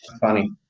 funny